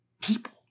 people